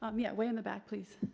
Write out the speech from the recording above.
um yeah, way in the back, please.